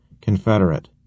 Confederate